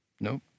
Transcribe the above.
No